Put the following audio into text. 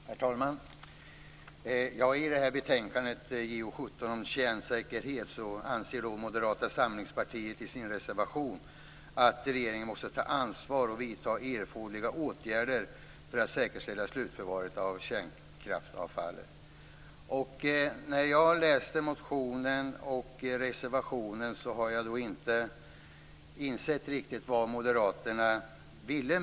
Herr talman! I det här betänkandet, JoU17 om kärnsäkerhet, anser Moderata samlingspartiet i sin reservation att regeringen måste ta ansvar och vidta erforderliga åtgärder för att säkerställa slutförvaret av kärnkraftsavfallet. När jag läste motionen och reservationen insåg jag inte riktigt vad Moderaterna ville.